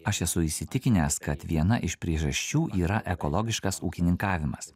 aš esu įsitikinęs kad viena iš priežasčių yra ekologiškas ūkininkavimas